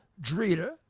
Drita